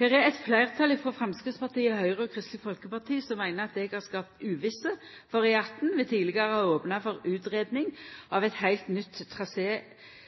Her er eit fleirtal, Framstegspartiet, Høgre og Kristeleg Folkeparti, som meiner at eg har skapt uvisse for E18 ved tidlegare å ha opna for utgreiing av eit heilt nytt